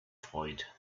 freut